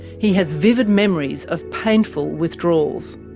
he has vivid memories of painful withdrawals.